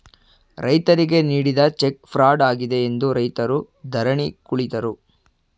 ರೈತರಿಗೆ ನೀಡಿದ cheque fraud ಆಗಿದೆ ಎಂದು ರೈತರು ಧರಣಿ ಕುಳಿತರು